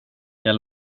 jag